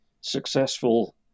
successful